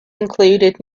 included